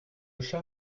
chat